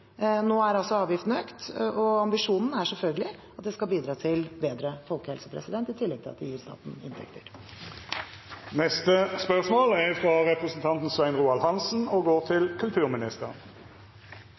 Nå er altså avgiften økt, og ambisjonen er selvfølgelig at det skal bidra til bedre folkehelse, i tillegg til at det gir staten inntekter. Jeg tillater meg å stille følgende spørsmål